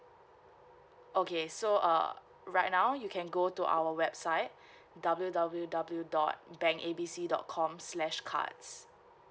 okay so uh right now you can go to our website W W W dot bank A B C dot com slash cards